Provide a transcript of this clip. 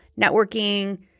networking